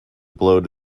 blow